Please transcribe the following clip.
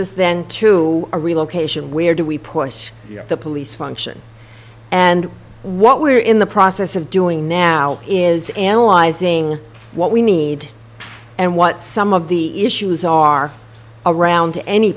us then to a real location where do we push the police function and what we're in the process of doing now is analyzing what we need and what some of the issues are around